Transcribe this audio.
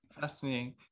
fascinating